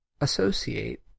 associate